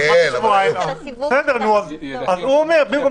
הוא אומר שבמקום